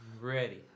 Ready